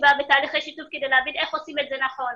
חשיבה ותהליכי שיתוף כדי להבין איך עושים את זה נכון.